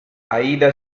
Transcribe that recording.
aida